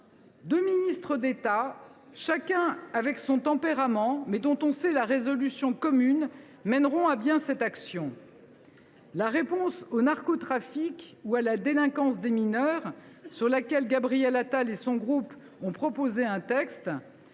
Deux ministres d’État, chacun avec son tempérament, mais dont on sait la résolution commune, mèneront à bien cette action. La réponse au narcotrafic ou à la délinquance des mineurs, sur laquelle Gabriel Attal et son groupe ont proposé un texte,